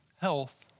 health